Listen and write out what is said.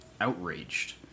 outraged